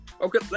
Okay